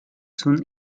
soon